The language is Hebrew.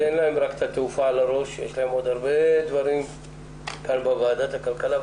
אין להם רק את התעופה על הראש אלא יש להם עוד הרבה דברים בוועדת הכלכלה.